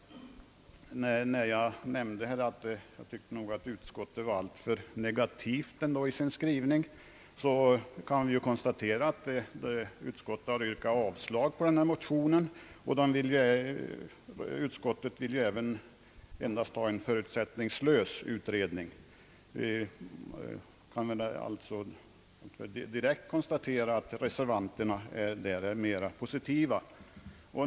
Jag tyckte att utskottet var alltför negativt i sin skrivning, och vi kan konstatera att utskottet har yrkat avslag på motionen och endast vill ha en förutsättningslös utredning. Reservanterna är alltså mera positiva.